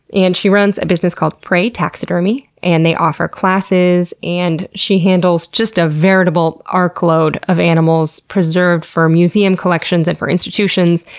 and she runs a business called prey taxidermy, and they offer classes, and she handles a veritable ark-load of animals preserved for museum collections and for institutions.